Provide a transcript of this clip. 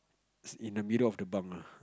in the middle of the bunk ah